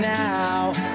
now